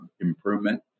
improvement